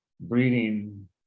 breeding